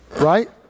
Right